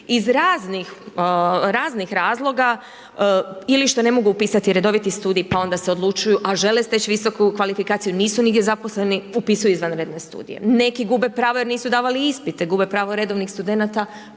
iz raznih razloga ili što ne mogu upisati redoviti studij pa onda se odlučuju a žele steći visoku kvalifikaciju nisu nigdje zaposleni upisuju izvanredne studije. Neki gube pravo jer nisu davali ispite gube pravo redovnih studenata,